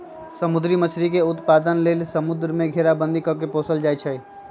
समुद्री मछरी के उत्पादन लेल समुंद्र के घेराबंदी कऽ के पोशल जाइ छइ